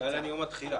"להלן יום התחילה".